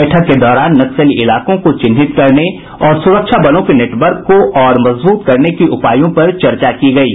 बैठक के दौरान नक्सली इलाकों को चिन्हित करने और सुरक्षा बलों के नेटवर्क को और मजबूत करने के उपायों पर चर्चा की गयी